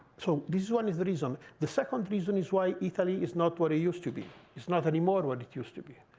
so this one is the reason. the second reason is why italy is not what it used to be. it's not anymore what it used to be